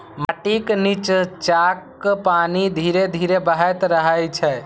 माटिक निच्चाक पानि धीरे धीरे बहैत रहै छै